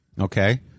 Okay